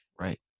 Right